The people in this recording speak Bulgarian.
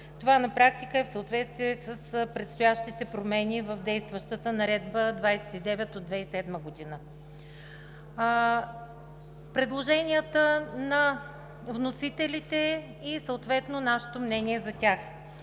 Това на практика е в съответствие с предстоящите промени в действащата Наредба № 29 от 2007 г. Предложенията на вносителите и съответно нашето мнение за тях.